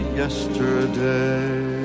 yesterday